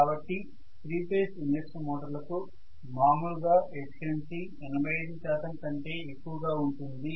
కాబట్టి 3 phase induction motor లకు మాములుగా ఎఫిషియన్సీ 85 శాతం కంటే ఎక్కువగా ఉంటుంది